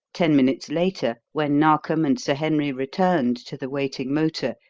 ten minutes later, when narkom and sir henry returned to the waiting motor,